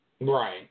Right